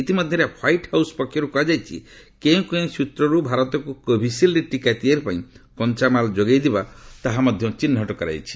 ଇତିମଧ୍ୟରେ White House ପକ୍ଷରୁ କୁହାଯାଇଛି କେଉଁ କେଉଁ ସୂତ୍ରରୁ ଭାରତକୁ କୋଭିସିଲ୍ଡ୍ ଟିକା ତିଆରି ପାଇଁ କଞ୍ଚାମାଲ୍ ଯୋଗାଇ ଦିଆଯିବ ତାହା ମଧ୍ୟ ଚିହ୍ରଟ କରାଯାଇଛି